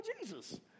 Jesus